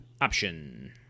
Option